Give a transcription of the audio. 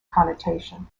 connotation